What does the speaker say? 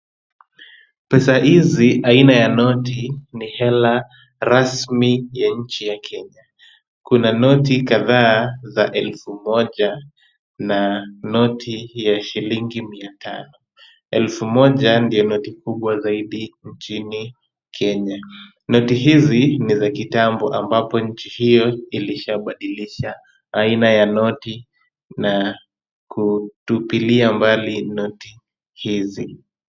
Pesa hizi aina ya noti ni hela rasmi ya nchi ya Kenya. Kuna noti kadhaa za elfu moja na noti ya shilingi mia tano. Elfu moja ndiyo noti kubwa zaidi nchini Kenya. Noti hizi ni za kitambo ambapo nchi hiyo ilishabadilisha aina ya noti na kutupilia mbali noti hizi.